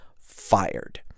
fired